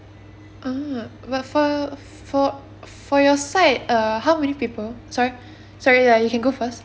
ah but for for for your side uh how many people sorry sorry you can go first